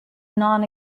non